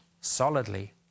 solidly